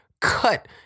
cut